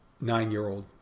nine-year-old